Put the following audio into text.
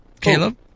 Caleb